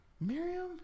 Miriam